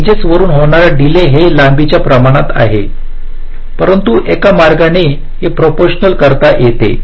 edges वरुन होणारा delay हे लांबीच्या प्रमाणात आहे परंतु एका मार्गाने हे प्रोपोरशनल करता येते